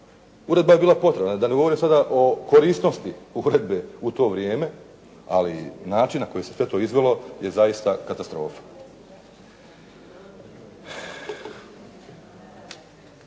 Uredba je bila potrebna da ne govorim sada o korisnosti uredbe u to vrijeme, ali način na koji se sve to izvelo je zaista katastrofa.